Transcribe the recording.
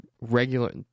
regular